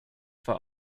for